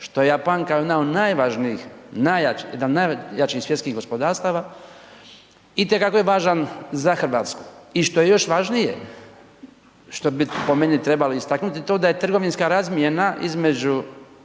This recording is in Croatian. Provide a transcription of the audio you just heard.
najjači, jedan najjači svjetskih gospodarstava itekako je važan za Hrvatsku. I što je još važnije, što bi po meni trebalo istaknuti to da je trgovinska razmjena između